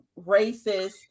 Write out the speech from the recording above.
racist